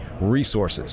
resources